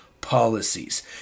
policies